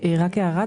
רק הערה,